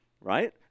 right